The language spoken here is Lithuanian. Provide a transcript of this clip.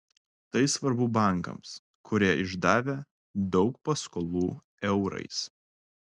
tai svarbu bankams kurie išdavę daug paskolų eurais